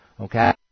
Okay